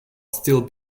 still